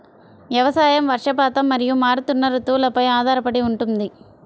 వ్యవసాయం వర్షపాతం మరియు మారుతున్న రుతువులపై ఆధారపడి ఉంటుంది